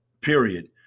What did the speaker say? period